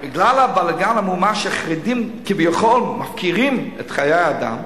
בגלל הבלגן והמהומה שהחרדים כביכול מפקירים את חיי האדם,